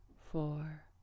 four